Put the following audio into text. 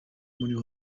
muri